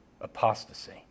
apostasy